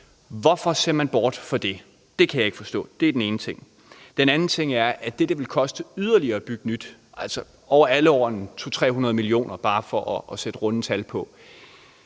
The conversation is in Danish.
Hvorfor ser man bort fra det? Det kan jeg ikke forstå. Det er den ene ting. Den anden ting er, at det vil koste yderligere at bygge nyt. Det vil altså over alle årene koste 200-300 mio. kr., bare for at sætte et rundt tal på.